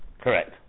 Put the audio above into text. Correct